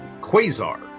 Quasar